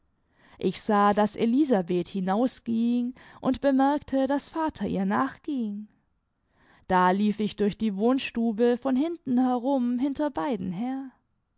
ich sah daß elisabeth hinausging und bemerkte daß vater ihr nachging da lief ich durch die wohnstube von hinten herum hinter beiden her